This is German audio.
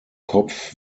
kopf